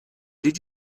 did